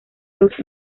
lost